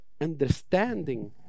understanding